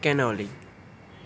cannoli